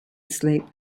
sleep